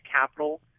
capital